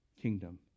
Kingdom